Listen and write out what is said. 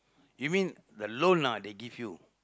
you mean the loan lah they give you